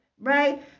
right